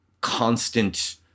constant